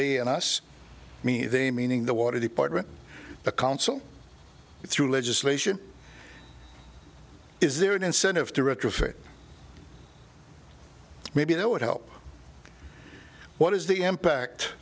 they and us me they meaning the water department the council through legislation is there an incentive to retrofit maybe that would help what is the impact